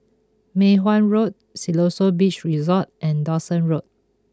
Mei Hwan Road Siloso Beach Resort and Dawson Road